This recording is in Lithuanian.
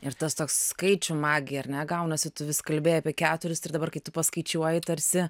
ir tas toks skaičių magija ar ne gaunasi tu vis kalbėjai apie keturis ir dabar kai tu paskaičiuoji tarsi